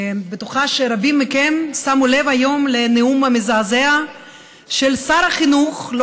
בטוחה שרבים מכם שמו לב היום לנאום המזעזע של שר החינוך נפתלי בנט,